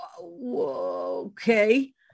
okay